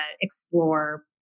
explore